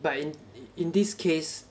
but in in this case